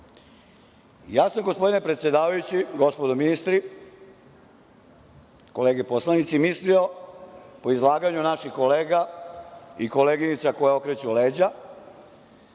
nisu. Gospodine predsedavajući, gospodo ministri, kolege poslanici, ja sam mislio, u zaglavlju naših kolega i koleginica koje okreću leđa,